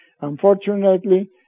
Unfortunately